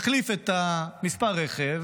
מחליף את מספר הרכב,